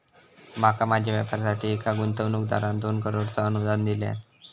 माका माझ्या व्यापारासाठी एका गुंतवणूकदारान दोन करोडचा अनुदान दिल्यान